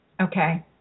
Okay